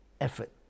effort